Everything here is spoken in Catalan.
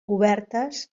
obertes